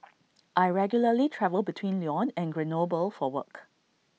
I regularly travel between Lyon and Grenoble for work